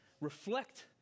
reflect